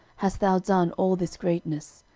hast thou done all this greatness,